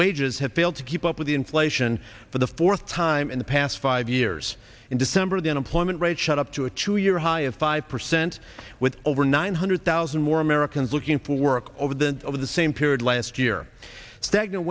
wages have failed to keep up with inflation for the fourth time in the past five years in december the unemployment rate shot up to a two year high of five percent with over nine hundred thousand more americans looking for work over the over the same period last year